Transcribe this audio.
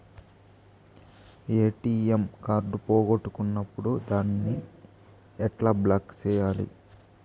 ATM card పోగొట్టుకున్నప్పుడు దాన్ని ఎట్లా బ్లాక్ సేయాలి